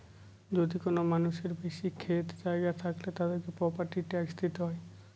যদি কোনো মানুষের বেশি ক্ষেত জায়গা থাকলে, তাদেরকে প্রপার্টি ট্যাক্স দিতে হয়